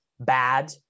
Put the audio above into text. bad